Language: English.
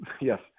yes